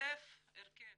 כותב ההרכב